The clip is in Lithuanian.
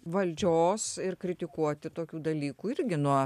valdžios ir kritikuoti tokių dalykų irgi nuo